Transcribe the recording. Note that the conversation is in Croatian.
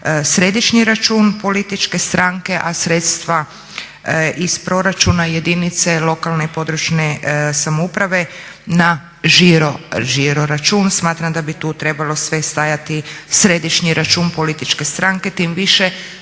središnji račun političke stranke a sredstva iz proračuna jedinice lokalne i područne samouprave na žiroračun. Smatram da bi tu trebalo sve stajati središnji račun političke stranke tim više